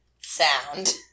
sound